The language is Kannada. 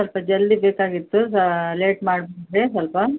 ಸ್ವಲ್ಪ ಜಲ್ದಿ ಬೇಕಾಗಿತ್ತು ಲೇಟ್ ಮಾಡ ಸ್ವಲ್ಪ